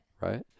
Right